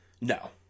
No